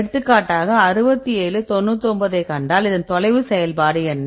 எடுத்துக்காட்டாக 67 99 ஐக் கண்டால் அதன் தொலைவு செயல்பாடு என்ன